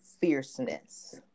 fierceness